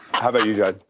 how about you, judd?